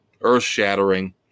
earth-shattering